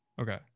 Okay